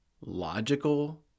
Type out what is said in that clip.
logical